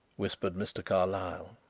whispered mr. carlyle.